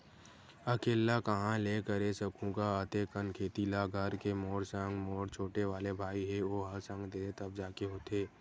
अकेल्ला काँहा ले करे सकहूं गा अते कन खेती ल घर के मोर संग मोर छोटे वाले भाई हे ओहा संग देथे तब जाके होथे